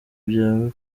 byawe